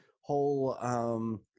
whole